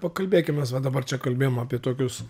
pakalbėkim mes va dabar čia kalbėjom apie tokius